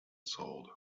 sold